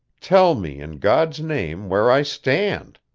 tell me, in god's name, where i stand.